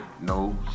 no